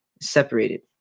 separated